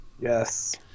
Yes